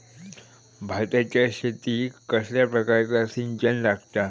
भाताच्या शेतीक कसल्या प्रकारचा सिंचन लागता?